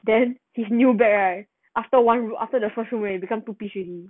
then his new bag right after one room after the first room right become two piece already